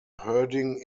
herding